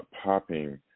popping